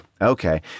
okay